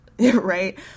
Right